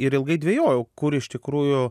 ir ilgai dvejojau kur iš tikrųjų